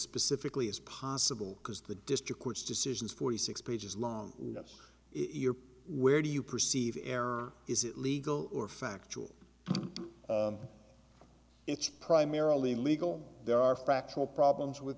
specifically as possible because the district court's decisions forty six pages long where do you perceive error is it legal or factual it's primarily legal there are factual problems with